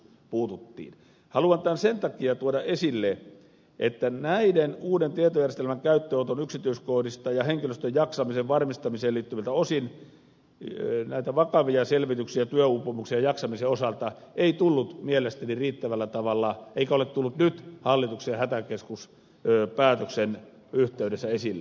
haluan tämän sen takia tuoda esille että näitä uuden tietojärjestelmän käyttöönoton yksityiskohtia ja henkilöstön jaksamisen varmistamiseen liittyviltä osin näitä vakavia selvityksiä työuupumuksesta ja jaksamisesta ei tullut mielestäni riittävällä tavalla eikä ole tullut nyt hallituksen hätäkeskuspäätöksen yhteydessä esille